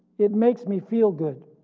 it makes me feel good,